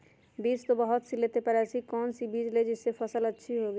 बीज तो बहुत सी लेते हैं पर ऐसी कौन सी बिज जिससे फसल अच्छी होगी?